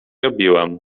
robiłam